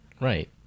Right